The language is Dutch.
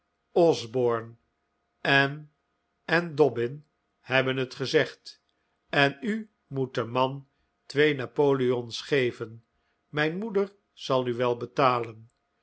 en en dobbin hebben het gezegd en u moet den man twee napoleons geven mijn moeder zal u wel betalen